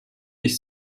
sich